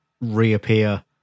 reappear